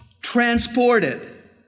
transported